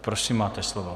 Prosím, máte slovo.